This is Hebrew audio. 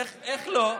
איך לא?